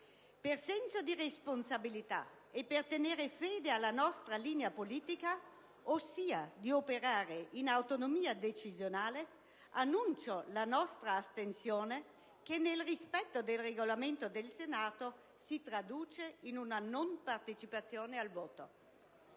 Per senso di responsabilità e per tenere fede alla nostra linea politica, ossia di operare in autonomia decisionale, annuncio la nostra astensione che, nel rispetto del Regolamento del Senato, si traduce in una non partecipazione al voto.